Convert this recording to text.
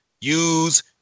use